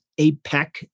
APEC